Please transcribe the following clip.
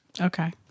Okay